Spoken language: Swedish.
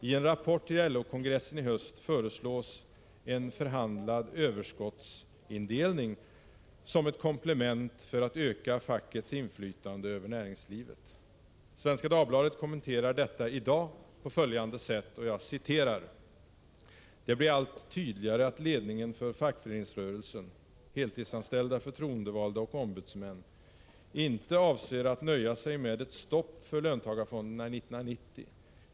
I en rapport till LO-kongressen i höst föreslås en ”förhandlad överskottsindelning” som ett komplement för att öka fackets inflytande över näringsli Svenska Dagbladet kommenterar detta i dag på följande sätt: ”Det blir allt tydligare att ledningen för fackföreningsrörelsen — heltidsanställda förtroendevalda och ombudsmän — inte avser att nöja sig med ett stopp för löntagarfonderna 1990.